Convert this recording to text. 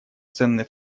ценный